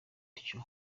gutyo